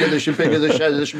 penkiasdešimt penkia šešiasdešimt